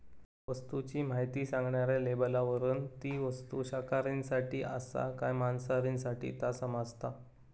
वस्तूची म्हायती सांगणाऱ्या लेबलावरून ती वस्तू शाकाहारींसाठी आसा काय मांसाहारींसाठी ता समाजता